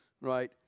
right